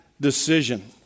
decision